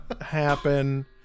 happen